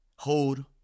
Hold